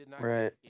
Right